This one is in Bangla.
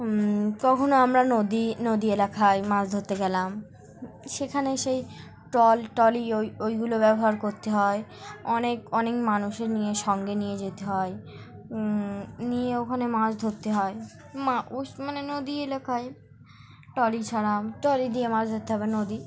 কখনও আমরা নদী নদী এলাকায় মাছ ধরতে গেলাম সেখানে সেই টল ট্রলি ওই ওইগুলো ব্যবহার করতে হয় অনেক অনেক মানুষের নিয়ে সঙ্গে নিয়ে যেতে হয় নিয়ে ওখানে মাছ ধরতে হয় মা ও মানে নদী এলাকায় ট্রলি ছাড়া ট্রলি দিয়ে মাছ ধরতে হবে নদী